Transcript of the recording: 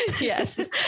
yes